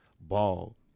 ball